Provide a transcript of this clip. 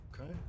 Okay